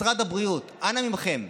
משרד הבריאות, אנא מכם,